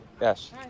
Yes